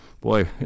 Boy